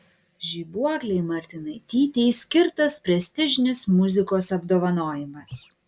žibuoklei martinaitytei skirtas prestižinis muzikos apdovanojimas